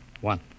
One